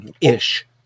ish